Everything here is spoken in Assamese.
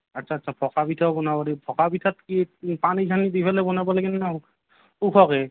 আচ্ছা আচ্ছা পকা পিঠাও বনাবা পাৰি পকা পিঠাত কি পানী চানী দিবা লাগবনা